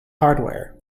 hardware